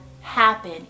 happen